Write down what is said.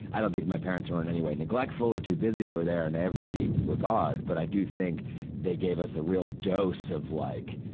i don't think my parents were in anyway neglectful or too busy they were there in every regard. but i do think they gave us a real dose of, like,